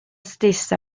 stessa